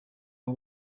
aho